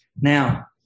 Now